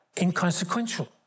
inconsequential